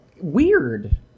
weird